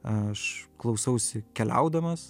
aš klausausi keliaudamas